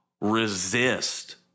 resist